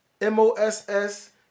M-O-S-S